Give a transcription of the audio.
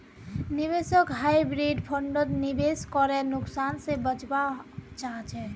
निवेशक हाइब्रिड फण्डत निवेश करे नुकसान से बचवा चाहछे